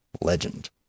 legend